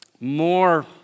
more